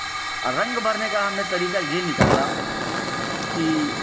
आ रंग भरने का तरीका हमने ये निकाला कि